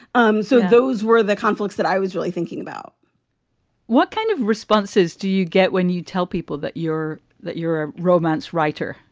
um so those were the conflicts that i was really thinking about what kind of responses do you get when you tell people that you're that you're a romance writer?